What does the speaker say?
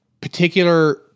particular